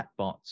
chatbots